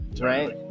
right